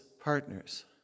partners